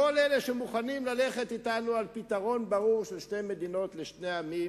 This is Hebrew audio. כל אלה שמוכנים ללכת אתנו על פתרון ברור של שתי מדינות לשני עמים